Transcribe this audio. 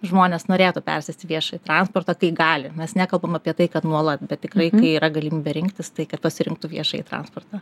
žmonės norėtų persėsti į viešąjį transportą kai gali mes nekalbam apie tai kad nuolat bet tikrai kai yra galimybė rinktis tai kad pasirinktų viešąjį transportą